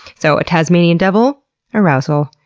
so, a tasmanian devil arousal.